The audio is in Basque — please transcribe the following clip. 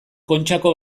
kontxako